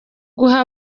guha